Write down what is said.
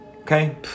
okay